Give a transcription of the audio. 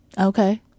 Okay